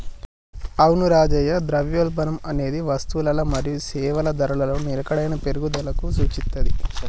అవును రాజయ్య ద్రవ్యోల్బణం అనేది వస్తువులల మరియు సేవల ధరలలో నిలకడైన పెరుగుదలకు సూచిత్తది